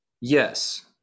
yes